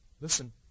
Listen